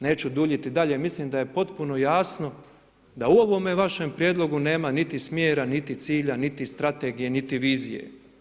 Neću duljiti dalje, mislim da je potpuno jasno da u ovome vašem prijedlogu nema niti smjera, niti cilja, niti strategije niti vizije.